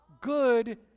Good